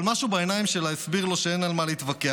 אבל משהו בעיניים שלה הסביר לו שאין על מה להתווכח.